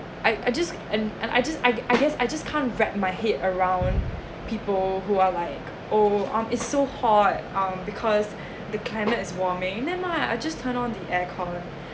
I I just and and I just I I guess I just can't wrap my head around people who are like oh um it's so hot um because the climate is warming never mind I just turn on the aircon